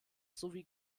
sowie